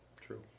true